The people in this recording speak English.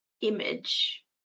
image